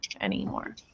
anymore